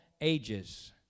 ages